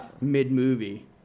mid-movie